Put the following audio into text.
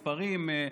מספרים.